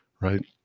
right